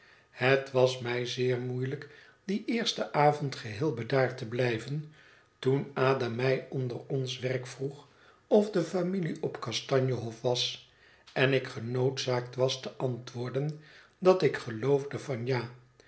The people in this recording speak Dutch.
het was mij zeer moeielijk dien eersten avond geheel bedaard te blijven toen ada mij onder ons werk vroeg of de familie op kastanje hof was en ik genoodzaakt was te antwoorden dat ik geloofde van ja